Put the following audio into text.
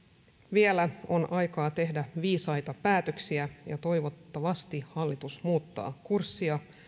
vielä on aikaa tehdä viisaita päätöksiä ja toivottavasti hallitus muuttaa kurssia